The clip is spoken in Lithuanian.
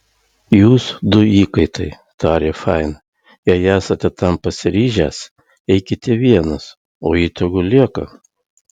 jūs du įkaitai tarė fain jei esate tam pasiryžęs eikite vienas o ji tegu lieka